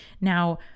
Now